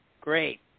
Great